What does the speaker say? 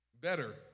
better